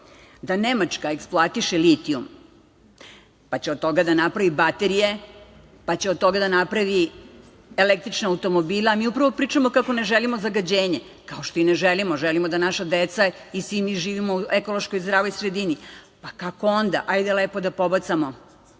da Nemačka eksploatiše litijum, pa će od toga da napravi baterije, pa će od toga da napravi i električne automobile, a mi upravo pričamo kako ne želimo zagađenje, kao što i ne želimo, želimo da naša deca i svi mi živimo u ekološko zdravoj sredini. Hajde lepo da pobacamo